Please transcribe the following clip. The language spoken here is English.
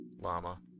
llama